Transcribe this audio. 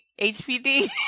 HPD